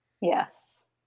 Yes